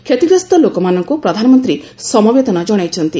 କ୍ଷତିଗ୍ରସ୍ତ ଲୋକମାନଙ୍କୁ ପ୍ରଧାନମନ୍ତ୍ରୀ ସମବେଦନା ଜଣାଇଛନ୍ତି